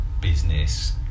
business